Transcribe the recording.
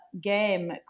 game